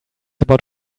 about